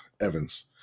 evans